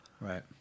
right